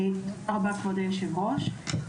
תודה רבה, כבוד היו"ר.